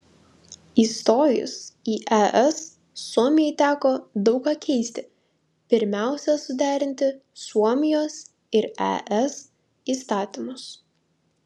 įstojus į es suomijai teko daug ką keisti pirmiausia suderinti suomijos ir es įstatymus